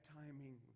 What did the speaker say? timing